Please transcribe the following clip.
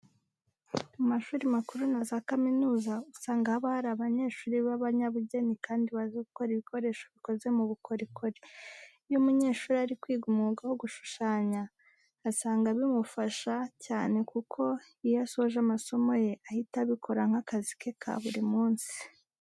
Mu mashuri makuru na za kaminuza usanga haba hari abanyeshuri b'abanyabugeni kandi bazi gukora ibikoresho bikoze mu bukorikori. Iyo umunyeshuri ari kwiga umwuga wo gushushanya, usanga bimufasha cyane kuko iyo asoje amasomo ye ahita abikora nk'akazi ke ka buri munsi.